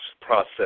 process